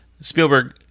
Spielberg